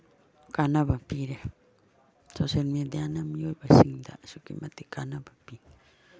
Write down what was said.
ꯀꯥꯅꯕ ꯄꯤꯔꯦ ꯁꯣꯁꯦꯜ ꯃꯦꯗꯤꯌꯥꯅ ꯃꯤꯑꯣꯏꯕꯁꯤꯡꯗ ꯑꯁꯨꯛꯀꯤ ꯃꯇꯤꯛ ꯀꯥꯅꯕ ꯄꯤ